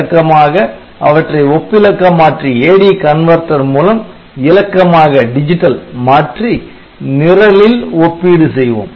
வழக்கமாக அவற்றை ஒப்பிலக்க மாற்றி AD converter மூலம் இலக்கமாக மாற்றி நிரலில் ஒப்பீடு செய்வோம்